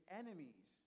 enemies